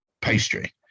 pastry